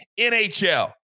NHL